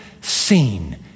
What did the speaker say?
seen